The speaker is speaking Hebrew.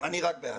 אני רק בעד.